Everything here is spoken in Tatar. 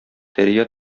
дәрья